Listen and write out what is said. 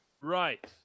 Right